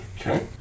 okay